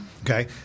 okay